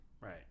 Right